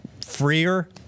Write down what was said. freer